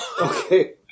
Okay